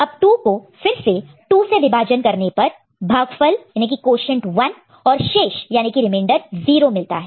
अब 2 को फिर से 2 से विभाजन डिवाइड divide करने पर तो भागफल क्वोशन्ट quotient 1 और शेष रिमेंडर remainder 0 मिलता है